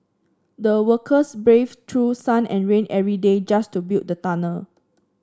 the workers braved through sun and rain every day just to build the tunnel